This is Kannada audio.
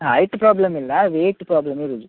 ಹಾಂ ಹೈಟ್ ಪ್ರಾಬ್ಲಮ್ ಇಲ್ಲ ವೆಯ್ಟ್ ಪ್ರಾಬ್ಲಮ್ ಇರುವುದು